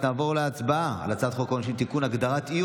אני קובע שהצעת חוק העונשין (תיקון מס' 149)